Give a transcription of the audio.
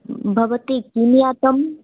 भवती किं जातम्